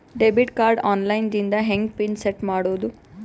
Debit card online ದಿಂದ ಹೆಂಗ್ pin set ಮಾಡೋದು?